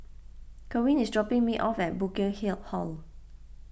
Kerwin is dropping me off at Burkill Hill Hall